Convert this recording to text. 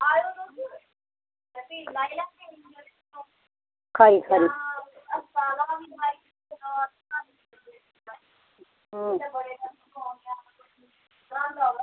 खरी खरी